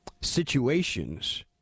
situations